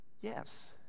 yes